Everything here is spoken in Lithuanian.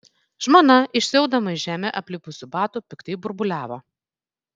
žmona išsiaudama iš žeme aplipusių batų piktai burbuliavo